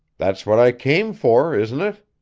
that's what i came for, isn't it?